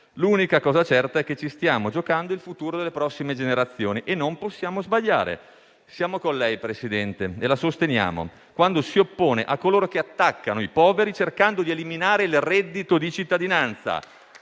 l'unica cosa certa è che ci stiamo giocando il futuro delle prossime generazioni e non possiamo sbagliare. Siamo con lei, signor Presidente del Consiglio, e la sosteniamo quando si oppone a coloro che attaccano i poveri cercando di eliminare il reddito di cittadinanza.